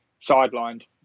sidelined